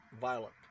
violent